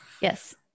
Yes